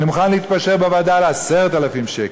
אני מוכן להתפשר בוועדה על 10,000 שקלים,